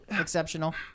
exceptional